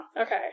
Okay